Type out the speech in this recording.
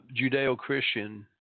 Judeo-Christian